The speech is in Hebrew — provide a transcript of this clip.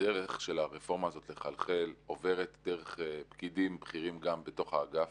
הדרך של הרפורמה הזאת לחלחל עוברת דרך פקידים בכירים גם בתוך האגף,